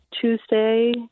Tuesday